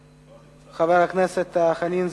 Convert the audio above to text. חבר הכנסת חיים אורון, לא נמצא.